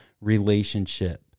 relationship